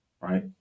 right